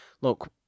look